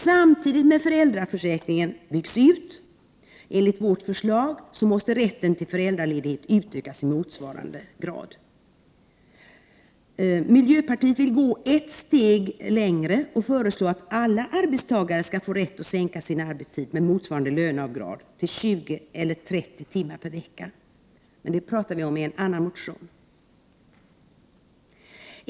Samtidigt som föräldraförsäkringen byggs ut enligt vårt förslag måste rätten till föräldraledighet utökas i motsvarande grad. Miljöpartiet vill gå ett steg längre och föreslå att alla arbetstagare skall få rätt att sänka sin arbetstid med motsvarande löneavdrag till 20 eller 30 timmar per vecka. Detta tar vi dock upp i en annan motion.